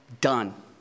Done